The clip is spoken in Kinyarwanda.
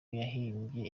yahimbye